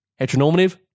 heteronormative